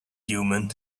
human